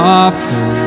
often